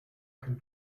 kein